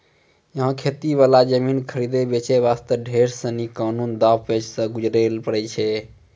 यहाँ खेती वाला जमीन खरीदै बेचे वास्ते ढेर सीनी कानूनी दांव पेंच सॅ गुजरै ल पड़ै छै